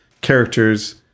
characters